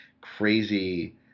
crazy